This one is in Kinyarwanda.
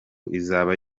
izaba